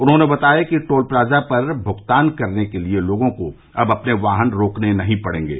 उन्होंने बताया कि टोल प्लाजा पर भुगतान करने के लिए लोगों को अब अपने वाहन रोकने नहीं पड़ेंगे